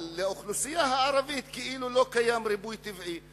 אבל לאוכלוסייה הערבית כאילו לא קיים ריבוי טבעי.